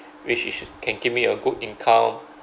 which it should can give me a good income